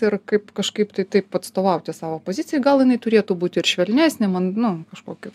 ir kaip kažkaip tai taip atstovauti savo pozicijai gal jinai turėtų būti ir švelnesnė man nu kažkokio